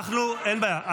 אין בעיה.